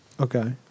Okay